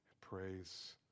praise